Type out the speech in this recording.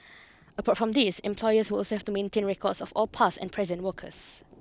apart from these employers will also have to maintain records of all past and present workers